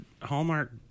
Hallmark